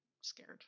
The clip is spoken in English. scared